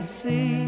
see